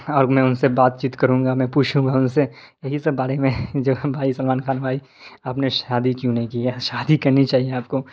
اور میں ان سے بات چیت کروں گا میں پوچھوں گا ان سے یہی سب بارے میں جو ہمارے سلمان خان بھائی آپ نے شادی کیوں نہیں کی ہے شادی کرنی چاہیے آپ کو